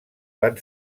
van